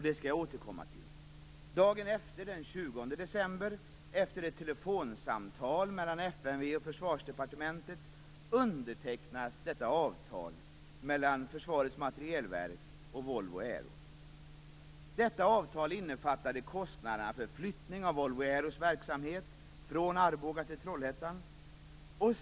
Det skall jag återkomma till. Dagen efter, den Aeros verksamhet från Arboga till Trollhättan.